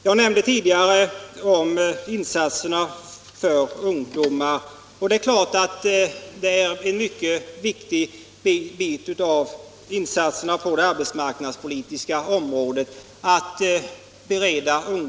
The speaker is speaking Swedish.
Jag berörde tidigare frågan om insatserna för ungdomen. Att bereda ungdomen arbete är naturligtvis en mycket viktig del av insatserna på det arbetsmarknadspolitiska området.